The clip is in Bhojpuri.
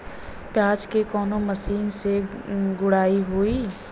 प्याज में कवने मशीन से गुड़ाई होई?